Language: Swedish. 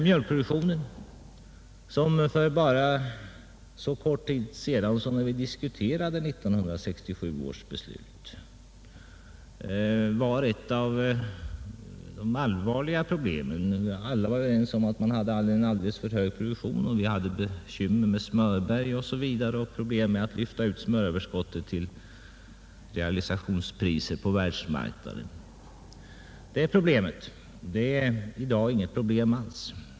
Mjölkproduktionen var ett av de allvarliga problemen för så kort tid sedan som när vi diskuterade jordbruksfrågorna inför 1967 års beslut. Alla var överens om att produktionen var alldeles för stor. Man hade bekymmer med smörberg osv. och problem med att avyttra smöröverskottet till realisationspriser på världsmarknaden. Det problemet är i dag inget problem alls.